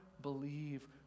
believe